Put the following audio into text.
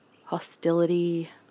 hostility